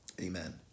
amen